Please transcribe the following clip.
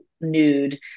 nude